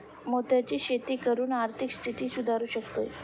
मोत्यांची शेती करून आर्थिक स्थिती सुधारु शकते